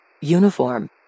Uniform